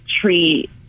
treat